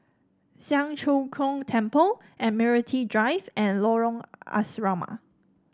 Siang Cho Keong Temple Admiralty Drive and Lorong Asrama